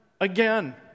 again